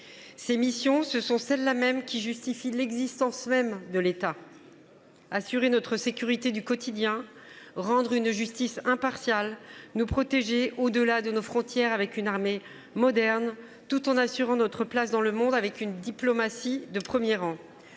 Ces missions sont celles là mêmes qui justifient l’existence de l’État : assurer notre sécurité du quotidien ; rendre une justice impartiale ; nous protéger au delà de nos frontières avec une armée moderne, tout en assurant notre place dans le monde grâce à une diplomatie de premier rang.